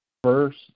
First